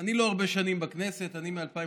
אני לא הרבה שנים בכנסת, אני מ-2015.